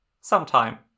Sometime